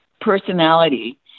personality